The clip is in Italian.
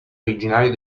originario